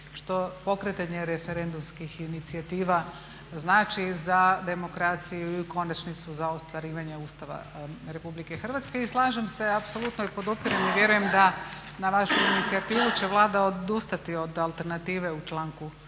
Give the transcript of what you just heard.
što pokretanje referendumskih inicijativa znači za demokraciju i u konačnici za ostvarivanje Ustava RH. I slažem se apsolutno i podupirem i vjerujem da na vašu inicijativu će Vlada odustati od alternative u članku 6.